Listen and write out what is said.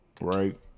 right